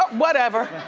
whatever.